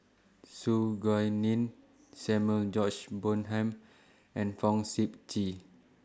Su Guaning Samuel George Bonham and Fong Sip Chee